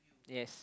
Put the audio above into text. yes